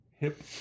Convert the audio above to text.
hip